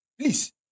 Please